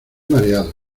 mareado